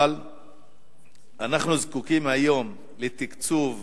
אבל אנחנו זקוקים היום לתקצוב